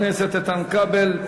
חבר הכנסת איתן כבל,